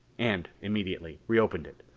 and immediately reopened it.